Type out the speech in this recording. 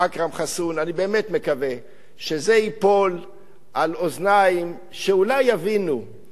אני באמת מקווה שזה ייפול על אוזניים שאולי יבינו את